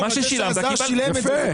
מה ששילמת, קיבלת.